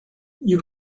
you